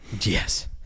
yes